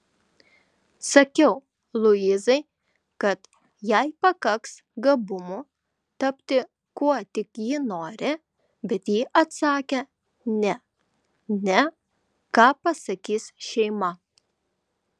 sakiau luizai kad jai pakaks gabumų tapti kuo tik ji nori bet ji atsakė ne ne ką pasakys šeima